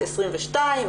2022,